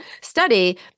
study